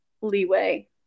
leeway